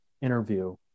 interview